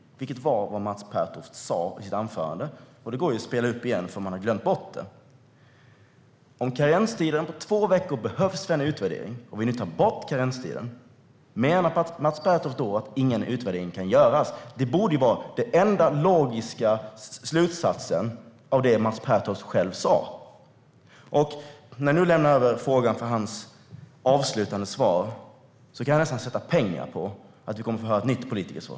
Det går att spela upp anförandet igen ifall man har glömt bort det. Om karenstiden på två veckor behövdes för en utvärdering och vi nu tar bort karenstiden, menar Mats Pertoft då att ingen utvärdering kan göras? Det borde vara den enda logiska slutsatsen av det han själv sa. När jag nu lämnar över frågan för Mats Pertofts avslutande svar kan jag nästan sätta pengar på att vi kommer att få höra ett nytt politikersvar.